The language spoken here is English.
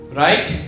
right